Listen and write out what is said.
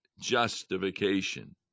justification